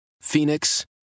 Phoenix